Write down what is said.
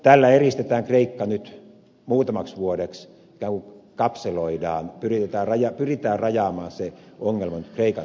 tällä eristetään kreikka nyt muutamaksi vuodeksi ikään kuin kapseloidaan pyritään rajaamaan se ongelma kreikan sisälle